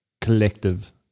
collective